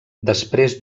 després